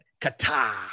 Kata